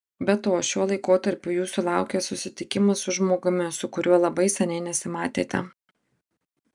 be to šiuo laikotarpiu jūsų laukia susitikimas su žmogumi su kuriuo labai seniai nesimatėte